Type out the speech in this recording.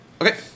Okay